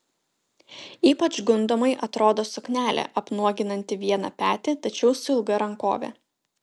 ypač gundomai atrodo suknelė apnuoginanti vieną petį tačiau su ilga rankove